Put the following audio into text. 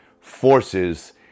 forces